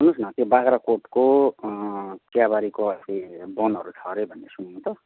सुन्नुहोस् न त्यो बाग्राकोटको चियाबारीको अस्ति बन्दहरू छ अरे भन्ने सुन्यौँ त